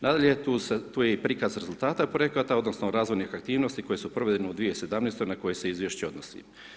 Nadalje, tu se i prikaz rezultata projekata odnosno razvojnih aktivnosti koje su provedene u 2017. na koje se izvješće odnosi.